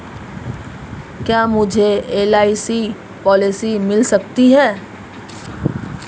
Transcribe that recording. क्या मुझे LIC policy मिल सकती है?